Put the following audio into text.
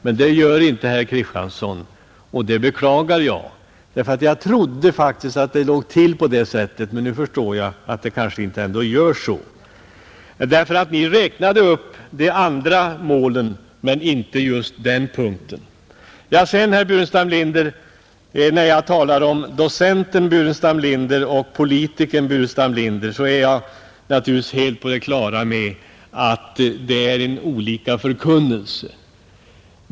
Det gör emellertid inte herr Kristiansson, och det beklagar jag, för jag trodde faktiskt att det låg till på det sättet. Men nu förstår jag att det kanske ändå inte gör det; ni räknade upp de andra målen men inte just denna för centern annars ofta åberopade punkt. När jag talar om docenten Burenstam Linder och politikern Burenstam Linder är jag naturligtvis helt på det klara med att förkunnelsen är olika.